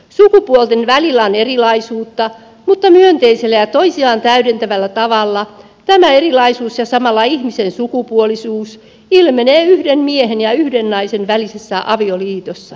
sukupuolten välillä on erilaisuutta mutta myönteisellä ja toisiaan täydentävällä tavalla tämä erilaisuus ja samalla ihmisen sukupuolisuus ilmenee yhden miehen ja yhden naisen välisessä avioliitossa